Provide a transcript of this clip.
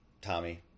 Tommy